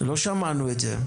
לא שמענו את זה.